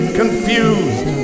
confused